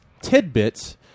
tidbits